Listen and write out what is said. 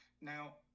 now